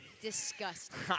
Disgusting